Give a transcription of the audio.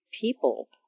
people